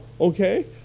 okay